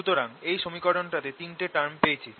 সুতরাং এই সমীকরণটাতে তিনটে টার্ম পেয়েছি